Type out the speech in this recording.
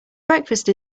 breakfast